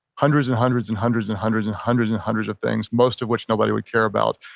hundreds and hundreds and hundreds and hundreds and hundreds and hundreds of things. most of which nobody would care about.